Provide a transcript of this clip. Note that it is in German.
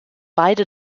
beide